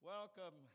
Welcome